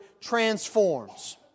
transforms